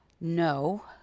No